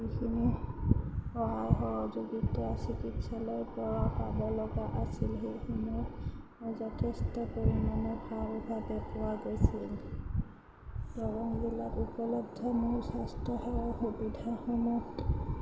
যিখিনি সহায় সহযোগিতা চিকিৎসালয় পৰা পাব লগা আছিল সেইসমূহ যথেষ্ট পৰিমাণে ভাল ভাৱে পোৱা গৈছিল দৰং জিলাত উপলব্ধ মূল স্বাস্থ্যসেৱা সুবিধাসমূহ